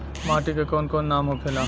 माटी के कौन कौन नाम होखेला?